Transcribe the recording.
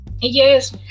Yes